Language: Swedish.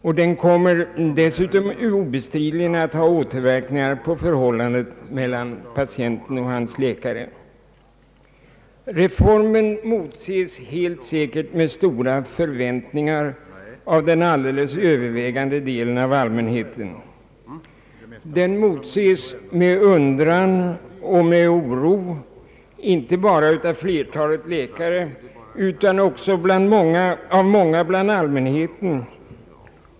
Reformen kommer dessutom obestridligen att ha återverkningar på förhållandet mellan patienten och hans läkare. Den motses säkert med stora förväntningar av den övervägande delen av allmänheten. Men man ser också fram mot den med undran och oro, och det är inte bara flertalet läkare som så gör utan också många bland allmänheten.